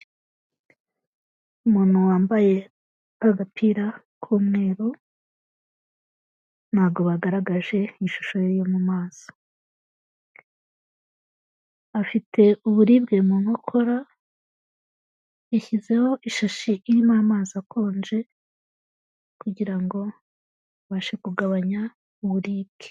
Umuntu wambaye agapira k'umweru, ntago bagaragaje ishusho ye yo mu maso, afite uburibwe mu nkokora, yashyizeho ishashi irimo amazi akonje, kugira ngo abashe kugabanya uburibwe.